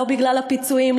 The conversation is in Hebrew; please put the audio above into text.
לא בגלל הפיצויים,